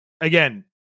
again